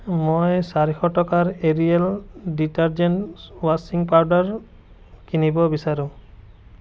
মই চাৰিশ টকাৰ এৰিয়েল ডিটাৰজেন্ট ৱাশ্বিং পাউদাৰ কিনিব বিচাৰোঁ